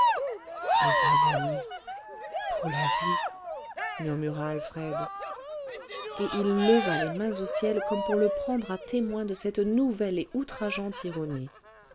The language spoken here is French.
son bon ami pour la vie murmura alfred et il leva les mains au ciel comme pour le prendre à témoin de cette nouvelle et outrageante ironie